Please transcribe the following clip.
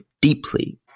deeply